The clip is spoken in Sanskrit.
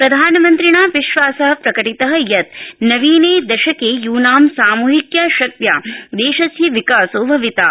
प्रधानमिन्त्रणा विश्वास प्रकटित यत नवीने दशके यूनां सामूहिक्या शक्त्या देशस्य विकासो भविता